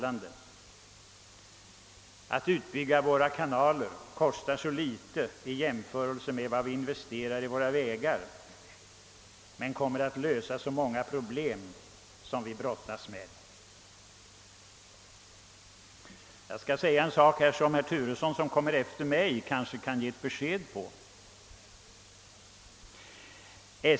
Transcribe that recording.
Att bygga ut kanalerna kostar så litet jämfört med vad det kostar att bygga ut vägarna men kommer att lösa många av de problem som vi brottas med. Jag skall ta upp en fråga som herr Turesson, som skall tala efter mig, kanske kan yttra sig om.